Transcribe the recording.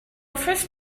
first